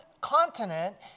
continent